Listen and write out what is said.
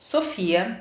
Sofia